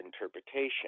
interpretation